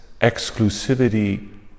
exclusivity